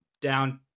down